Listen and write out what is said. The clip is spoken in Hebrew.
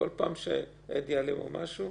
שיבוא ויאמר שאין לו מה לומר.